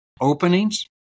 openings